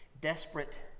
desperate